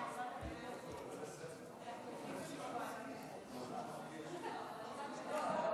סעיפים 1